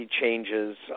changes